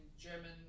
German